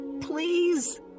Please